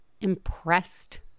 impressed